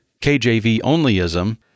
KJV-onlyism